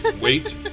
wait